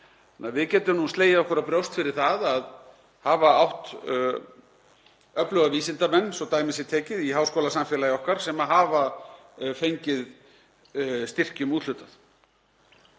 Við getum því slegið okkur á brjóst fyrir það að hafa átt öfluga vísindamenn, svo dæmi sé tekið, í háskólasamfélagi okkar sem hafa fengið úthlutað